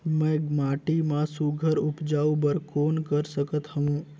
मैं माटी मा सुघ्घर उपजाऊ बर कौन कर सकत हवो?